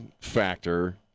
factor